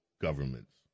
governments